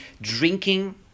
drinking